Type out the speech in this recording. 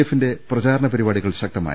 എഫിന്റെ പ്രചാരണ പരിപാടികൾ ശക്തമായി